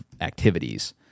activities